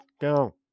go